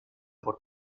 por